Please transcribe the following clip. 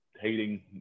hating